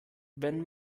wenn